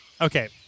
Okay